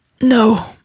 No